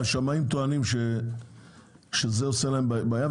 שמאים טוענים שזה גורם להם בעיה,